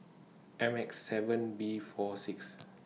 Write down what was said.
M X seven B four six